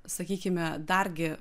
sakykime dargi